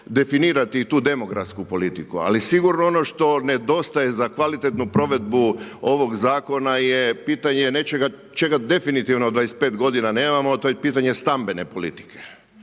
definirati i tu demografsku politiku. Ali sigurno ono što nedostaje za kvalitetnu provedbu ovoga zakona je pitanje nečega čega definitivno 25 godina nemamo a to je pitanje stambene politike.